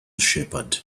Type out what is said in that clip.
shepherd